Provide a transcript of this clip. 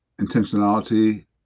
intentionality